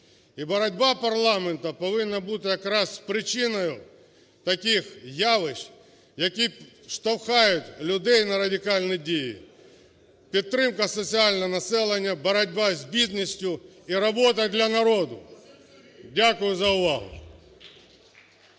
боротьба парламенту повинна бути якраз причиною таких явищ, які штовхають людей на радикальні дії: підтримка соціального населення, боротьба з бідністю і робота для народу. Дякую за увагу.